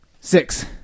Six